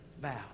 bow